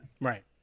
Right